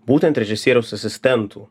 būtent režisieriaus asistentų